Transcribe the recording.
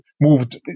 moved